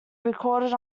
recorded